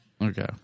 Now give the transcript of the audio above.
Okay